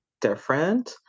different